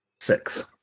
six